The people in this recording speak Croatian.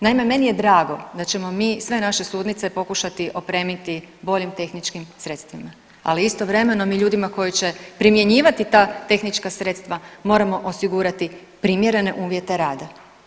Naime, meni je drago da ćemo mi sve naše sudnice pokušati opremiti boljim tehničkim sredstvima, ali istovremeno mi ljudima koji će primjenjivati ta tehnička sredstva moramo osigurati primjerne uvjete rada.